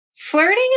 Flirting